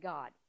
God